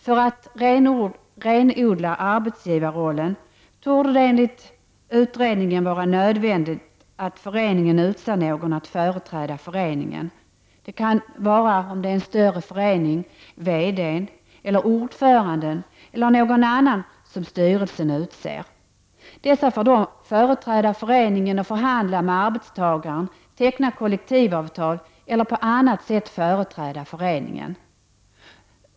För att renodla arbetsgivarrollen torde det enligt utredningen vara nödvändigt att föreningen utser någon att företräda föreningen. Det kan vara, om det är en större förening, VD-n eller ordföranden eller någon annan som styrelsen utser. Dessa får då företräda föreningen och förhandla med arbetstagaren, teckna kollektivavtal eller på annat sätt företräda föreningen.